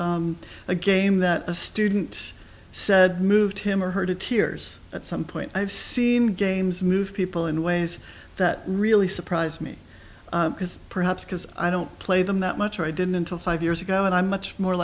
a game that a student said moved him or her to tears at some point i've seen games move people in ways that really surprised me because perhaps because i don't play them that much i didn't until five years ago and i'm much more